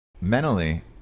Mentally